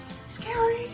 Scary